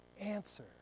answer